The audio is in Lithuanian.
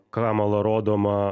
kamala rodoma